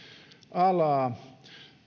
alaa